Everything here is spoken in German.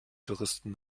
touristen